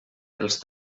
els